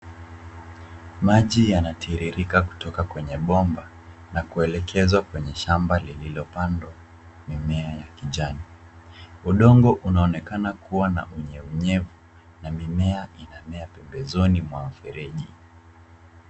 Maji yanatirirka kutoka kwenye bomba na kuelekezwa kwenye shamba lililopandwa mimea ya kijani. Udongo unaonekana kua na unyevunyevu, na mimea inamea pembezoni mwa mifereji.